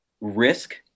risk